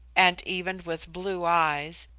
and even with blue eyes,